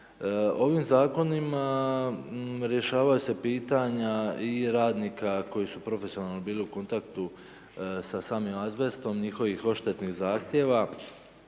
Ovim zakonima rješavaju se pitanja i radnika koji su profesionalno bili u kontaktu sa samim azbestom, njihovih odštetnih zahtjeva,